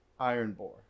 Ironbore